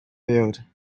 field